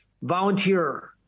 volunteer